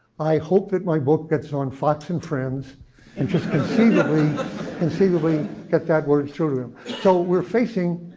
i hope that my book gets on fox and friends and just conceivably conceivably get that words through to him. so we're facing,